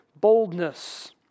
boldness